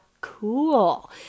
cool